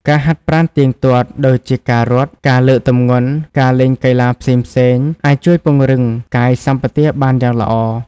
ការហាត់ប្រាណទៀងទាត់ ដូចជាការរត់ ការលើកទម្ងន់ ឬលេងកីឡាផ្សេងៗ អាចជួយពង្រឹងកាយសម្បទាបានយ៉ាងល្អ។